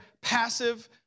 passive